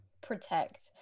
protect